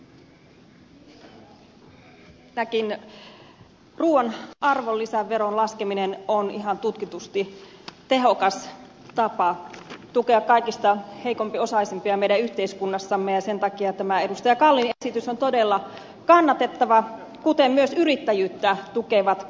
ensinnäkin ruuan arvonlisäveron laskeminen on ihan tutkitusti tehokas tapa tukea kaikista heikompiosaisia meidän yhteiskunnassamme ja sen takia tämä edustaja kallin esitys on todella kannatettava kuten myös yrittäjyyttä tukevat keskustalaiset veroesitykset